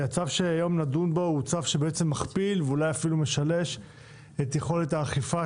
הצו שנדון בו הוא צו שבעצם מכפיל ואולי אפילו משלש את יכולת האכיפה